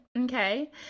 Okay